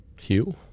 Hugh